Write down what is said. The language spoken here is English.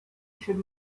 should